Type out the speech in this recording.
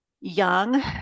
young